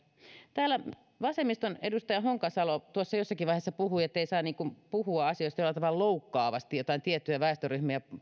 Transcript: täällä vasemmiston edustaja honkasalo tuossa jossakin vaiheessa puhui ettei saa puhua asioista jollakin tavalla loukkaavasti joitakin tiettyjä väestöryhmiä